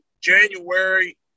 January